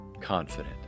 confident